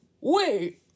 Wait